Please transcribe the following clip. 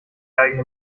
eigene